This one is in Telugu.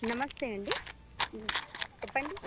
నమస్తే అండి చెప్పండి